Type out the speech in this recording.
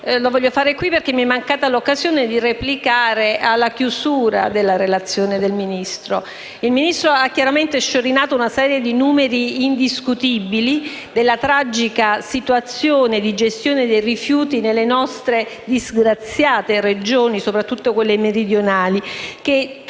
in questa sede perché mi è mancata l'occasione di replicare alla conclusione della relazione del Ministro. Il Ministro ha ovviamente sciorinato una serie di numeri indiscutibili della tragica situazione di gestione dei rifiuti nelle nostre disgraziate Regioni, soprattutto quelle meridionali, che tutti